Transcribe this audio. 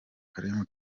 karim